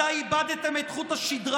מתי איבדתם את חוט השדרה,